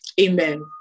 Amen